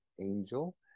Angel